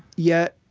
yet,